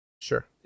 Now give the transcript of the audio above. Sure